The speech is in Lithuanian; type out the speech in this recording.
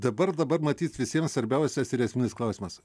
dabar dabar matyt visiems svarbiausias ir esminis klausimas